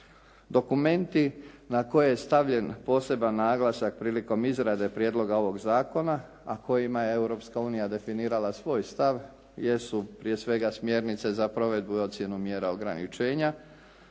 Dokumenti na koje je stavljen poseban naglasak prilikom izrade prijedloga ovog zakona a kojima je Europska unija definirala svoj stav jesu prije svega smjernice za provedbu i ocjenu mjera ograničenja,